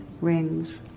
rings